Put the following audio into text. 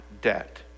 debt